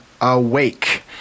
Awake